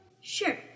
Sure